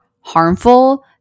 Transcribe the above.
harmful